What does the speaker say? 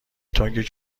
تنگ